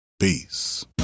Peace